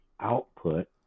output